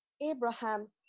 Abraham